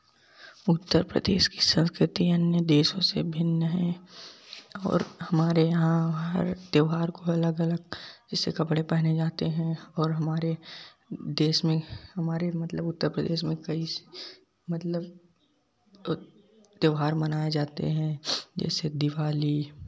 उत्तरप्रदेश की संस्कृति अन्य देशों से भिन्न है और हमारे यहाँ हर त्यौहार को अलग अलग जैसे कपड़े पहने जाते हैं और हमारे देश में हमारे मतलब उत्तरप्रदेश में कई मतलब त्यौहार मनाया जाते हैं जैसे दिवाली